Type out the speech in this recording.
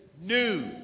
new